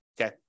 Okay